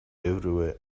everywhere